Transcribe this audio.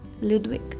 Ludwig